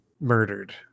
murdered